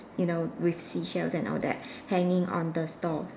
you know with seashells and all that hanging on the stall